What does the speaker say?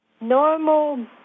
Normal